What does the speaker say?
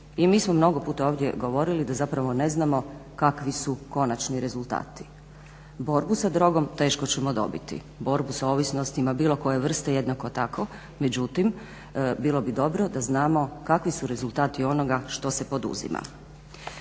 i mi smo mnogo puta ovdje govorili da zapravo ne znamo kakvi su konačni rezultati. Borbu sa drogom teško ćemo dobiti, borbu sa ovisnostima bilo koje vrste jednako tako, međutim bilo bi dobro da znamo kakvi su rezultati onoga što se poduzima.